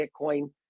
Bitcoin